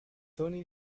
tony